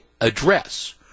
address